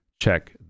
check